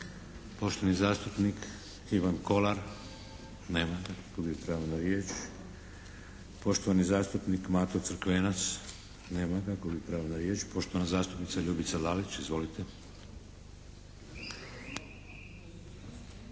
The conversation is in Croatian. Poštovani zastupnik Ivan Kolar. Nema ga, gubi pravo na riječ. Poštovani zastupnik Mato Crkvenac. Nema ga, gubi pravo na riječ. Poštovana zastupnica Ljubica Lalić. Izvolite. **Lalić,